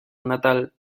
natal